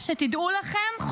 שתדעו לכם,